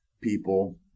people